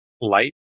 light